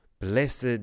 Blessed